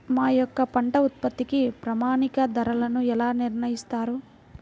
మా యొక్క పంట ఉత్పత్తికి ప్రామాణిక ధరలను ఎలా నిర్ణయిస్తారు?